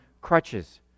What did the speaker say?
crutches